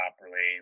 properly